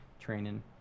training